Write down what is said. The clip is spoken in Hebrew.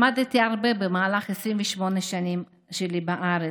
למדתי הרבה במהלך 28 השנים שלי בארץ,